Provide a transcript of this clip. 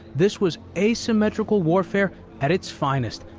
this was asymmetrical warfare at its finest,